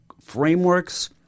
frameworks